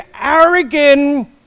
arrogant